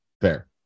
Fair